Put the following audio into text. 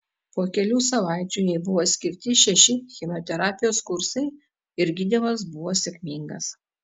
po kelių savaičių jai buvo skirti šeši chemoterapijos kursai ir gydymas buvo sėkmingas